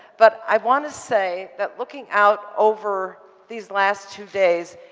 but i want to say that looking out over these last two days,